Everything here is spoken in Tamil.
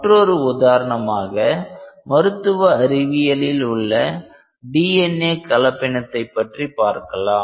மற்றொரு உதாரணமாக மருத்துவ அறிவியலில் உள்ள DNA கலப்பினத்தை பற்றி பார்க்கலாம்